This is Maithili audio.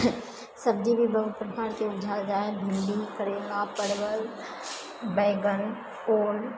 सब्जी भी बहुत प्रकारके उपजायल जाइ है भिण्डी करैला परवल बैगन ओल